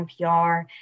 NPR